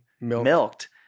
milked